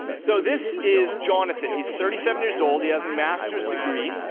so this is jonathan. he's thirty seven years old. he has a master's degree.